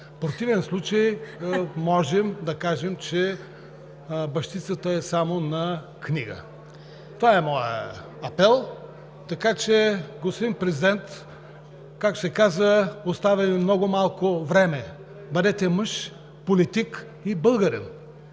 противен случай можем да кажем, че бащицата е само на книга. Това е моят апел. Така че, господин Президент, както се казва, остава Ви много малко време – бъдете мъж, политик и българин!